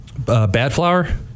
Badflower